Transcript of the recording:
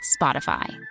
Spotify